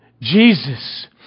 Jesus